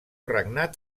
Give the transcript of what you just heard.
regnat